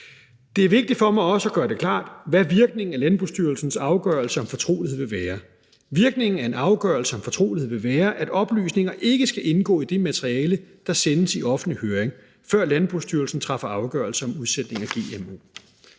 Det er vigtigt for mig også at gøre klart, hvad virkningen af Landbrugsstyrelsens afgørelse om fortrolighed vil være. Virkningen af en afgørelse om fortrolighed vil være, at oplysningerne ikke skal indgå i det materiale, der sendes i offentlig høring, før Landbrugsstyrelsen træffer afgørelse om udsætning af gmo.